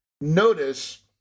notice